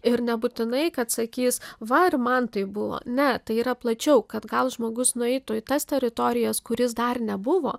ir nebūtinai kad sakys va ir man taip buvo ne tai yra plačiau kad gal žmogus nueitų į tas teritorijas kur jis dar nebuvo